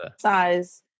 size